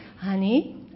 Honey